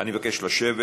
אני מבקש לשבת.